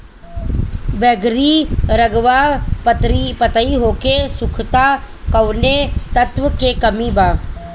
बैगरी रंगवा पतयी होके सुखता कौवने तत्व के कमी बा?